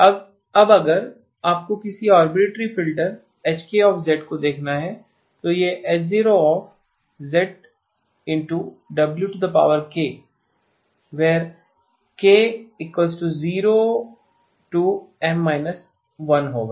अब अगर आपको किसी आरबिटरेरी फ़िल्टर Hk को देखना है तो यह H0 k0M−1होगा